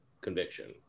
conviction